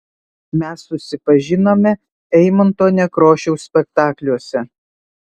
mes susipažinome eimunto nekrošiaus spektakliuose